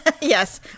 Yes